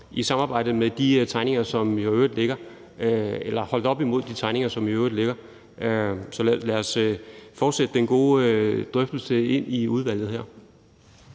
sammen med de tegninger, som i øvrigt ligger. Så lad os fortsætte den gode drøftelse i udvalget.